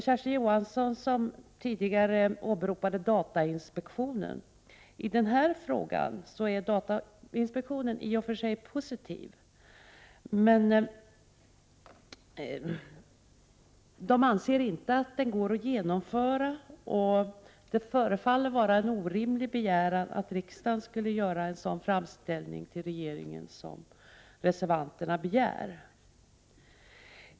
Kersti Johansson åberopade tidigare datainspektionen. I den här frågan ställer sig datainspektionen i och för sig positiv men anser inte att förslaget går att genomföra, och då förefaller det vara en orimlig begäran att riksdagen skulle göra en sådan framställning till regeringen som reservanterna begär.